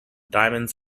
diamonds